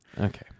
Okay